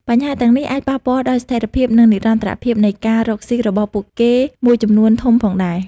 បញ្ហាទាំងនេះអាចប៉ះពាល់ដល់ស្ថិរភាព និងនិរន្តរភាពនៃការរកស៊ីរបស់ពួកគេមួយចំនួនធំផងដែរ ។